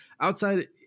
outside